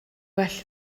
well